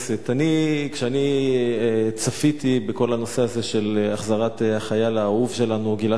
כשאני צפיתי בכל הנושא הזה של החזרת החייל האהוב שלנו גלעד שליט,